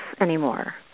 anymore